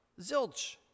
zilch